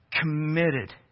committed